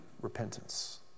repentance